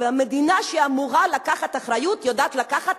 והמדינה שאמורה לקחת אחריות יודעת לקחת,